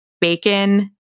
bacon